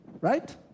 right